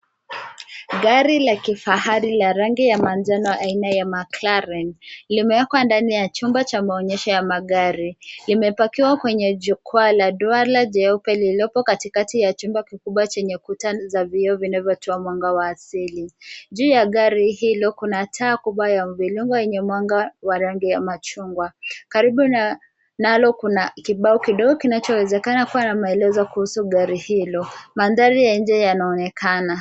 Gari la kifahari la rangi ya manjano aina ya McLaren, limewekwa ndani ya chumba cha maonyesho ya magari. Limepakiwa kwenye jukwaa la duara jeupe lililopo katikati ya chumba kikubwa chenye kuta za vioo, vinavyotoa mwanga wa asili. Juu ya gari hilo kuna taa kubwa ya mviringo yenye mwanga wa rangi ya machungwa. Karibu nalo kuna kibao kidogo kinachowezekana kuwa na maelezo kuhusu gari hilo. Mandhari ya nje yanaonekana.